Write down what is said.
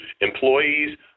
employees